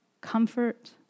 comfort